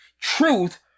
truth